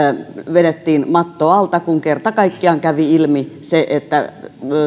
vedettiin matto alta kun kerta kaikkiaan kävi ilmi se että